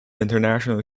international